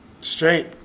Straight